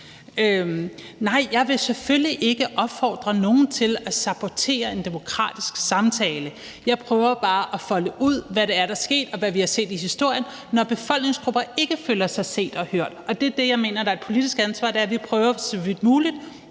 Nej, jeg vil selvfølgelig ikke opfordre nogen til at sabotere en demokratisk samtale. Jeg prøver bare at folde ud, hvad det er, der er sket, og hvad det er, vi har set i historien, når befolkningsgrupper ikke føler sig set og hørt. Det er det, jeg mener er et politisk ansvar, altså at vi så vidt muligt